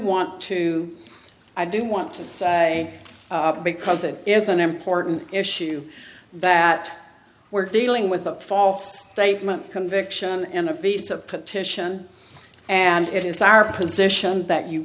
want to i do want to say because it is an important issue that we're dealing with a false statement conviction and a piece of petition and it's our position that you